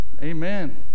Amen